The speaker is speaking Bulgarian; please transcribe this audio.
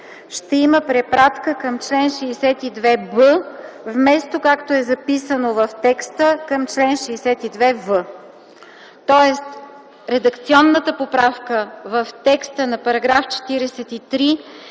ще има препратка към чл. 62б, вместо, както е записано в текста, към чл. 62в. Тоест редакционната поправка в текста на § 43